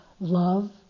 love